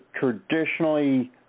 traditionally